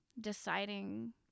deciding